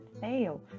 fail